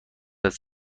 است